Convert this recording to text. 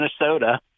Minnesota